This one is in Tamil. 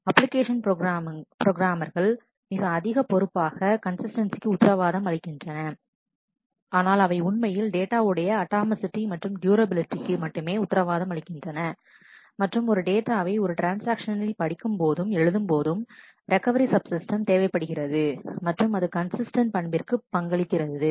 அப்ளிகேஷன் புரோகிராம்கள் மிக அதிக பொறுப்பாக கன்சிஸ்டன்ஸிக்கு உத்திரவாதம் அளிக்கின்றன ஆனால் அவை உண்மையில் டேட்டா உடைய அட்டாமசிட்டி மற்றும் டுயூரபிலிடிக்கு மட்டுமே உத்தரவாதம் அளிக்கின்றன மற்றும் ஒரு டேட்டாவை ஒரு ட்ரான்ஸ்ஆக்ஷனில் படிக்கும்போதும் எழுதும்போதும் ரெக்கவரி சப்சிஸ்டம் தேவைப்படுகிறது மற்றும் அது கன்சிஸ்டன்ட் பண்பிற்கு பங்களிக்கிறது